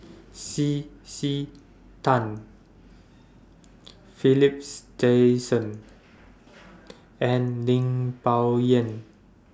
C C Tan Philips Jason and Lim Bo Yam